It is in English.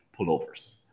pullovers